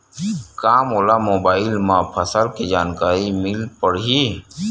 का मोला मोबाइल म फसल के जानकारी मिल पढ़ही?